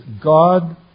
God